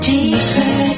Deeper